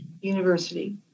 University